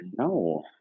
no